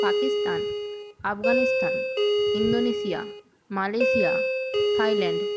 Pakistan Afghanistan Indonesia Malaysia Thailand